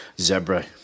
Zebra